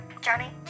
Johnny